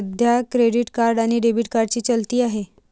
सध्या credit card आणि debit कार्डची चलती आहे